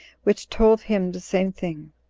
which told him the same thing.